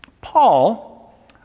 Paul